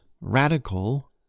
radical